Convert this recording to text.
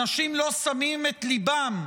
אנשים לא שמים את ליבם,